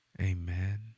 Amen